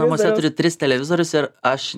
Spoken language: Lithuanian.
namuose turiu tris televizorius ir aš